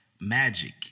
Magic